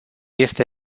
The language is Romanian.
este